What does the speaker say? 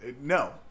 no